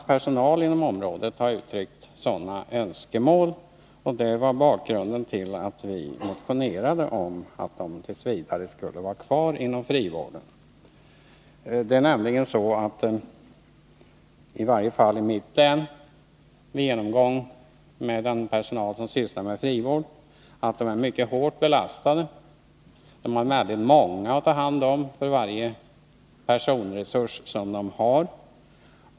a. personal inom området har uttryckt sådana önskemål, och det var bakgrunden till att vi motionerade om att de t. v. skulle vara kvar inom frivården. I varje fall i mitt län har det nämligen visat sig, vid en genomgång med den personal som sysslar med frivård, att personalen är mycket hårt belastad och har väldigt många att ta hand om för varje personalresurs man har.